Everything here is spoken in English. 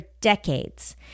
decades